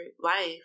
life